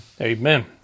Amen